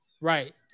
right